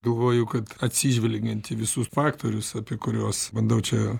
galvoju kad atsižvelgiant į visus faktorius apie kuriuos bandau čia